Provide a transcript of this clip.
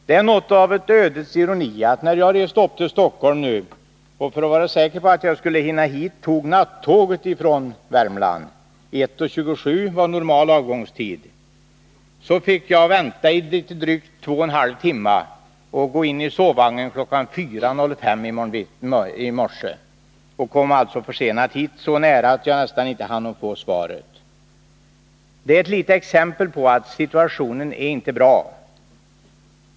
Det är väl något av ödets ironi att när jag nu reste upp till Stockholm och för att vara säker på att hinna hit i tid tog nattåget från Värmland — kl. 01.27 var normal avgångstid — så fick jag vänta i drygt två och en halv timmar och kunde gå in i sovvagnen först kl. 04.05 i morse. Jag kom alltså hit försenad, och det var nära att jag inte hunnit att få svaret. Detta är ett litet exempel på att situationen inte är bra.